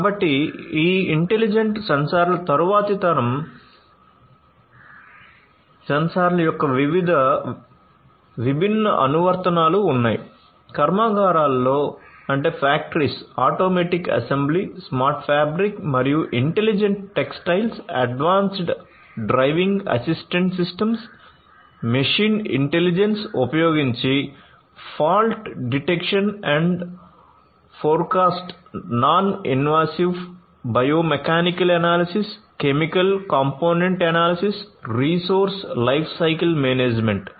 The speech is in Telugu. కాబట్టి ఈ ఇంటెలిజెంట్ సెన్సార్ల తరువాతి తరం ఆటోమేటిక్ అసెంబ్లీ స్మార్ట్ ఫాబ్రిక్ మరియు intelligent textiles advanced driving assistant systems machine intelligence ఉపయోగించి fault detection and forecast non invasive biomechanical analysis chemical component analysis resource lifecycle management